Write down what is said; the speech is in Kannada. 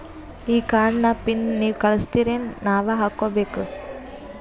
ಈ ಕಾರ್ಡ್ ನ ಪಿನ್ ನೀವ ಕಳಸ್ತಿರೇನ ನಾವಾ ಹಾಕ್ಕೊ ಬೇಕು?